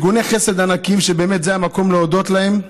ארגוני חסד ענקיים, שבאמת זה המקום להודות להם,